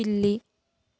పిల్లి